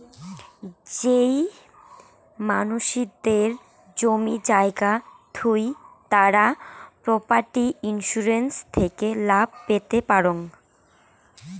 যেই মানসিদের জমি জায়গা থুই তারা প্রপার্টি ইন্সুরেন্স থেকে লাভ পেতে পারাং